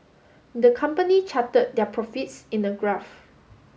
the company charted their profits in a graph